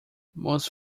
most